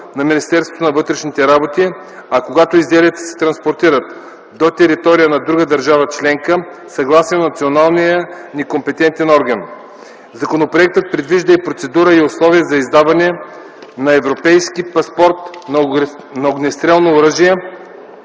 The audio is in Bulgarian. на Министерството на вътрешните работи, а когато изделията се транспортират до територия на друга държава членка – съгласие на националния ни компетентен орган. Законопроектът предвижда и процедура и условия за издаване на европейски паспорт на огнестрелно оръжие,